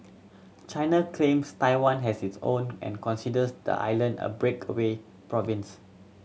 China claims Taiwan as its own and considers the island a breakaway province